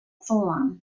form